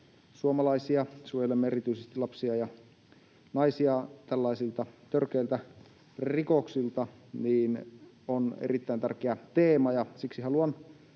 suomalaisia, suojelemme erityisesti lapsia ja naisia tällaisilta törkeiltä rikoksilta, on erittäin tärkeä teema, ja siksi haluan